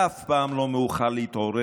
אף פעם לא מאוחר להתעורר,